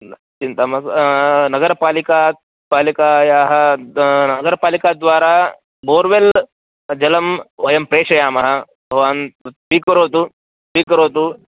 चिन्ता मास्तु नगरपालिकायाः पालिकायाः नगरपालिकाद्वारा बोर्वेल् जलं वयं प्रेषयामः भवान् तत् स्वीकरोतु स्वीकरोतु